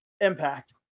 Impact